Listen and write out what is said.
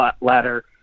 ladder